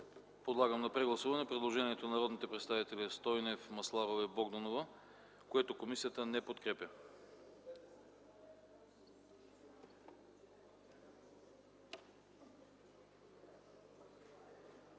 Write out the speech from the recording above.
Подлагам на гласуване предложението на народните представители Стойнев, Масларова и Богданова, което не се подкрепя